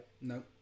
no